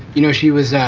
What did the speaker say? you know, she was.